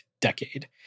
decade